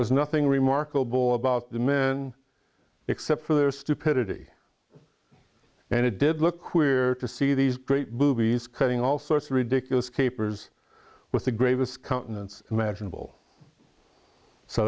was nothing remarkable about the men except for their stupidity and it did look queer to see these great boobies cutting all sorts of ridiculous capers with the greatest countenance imaginable so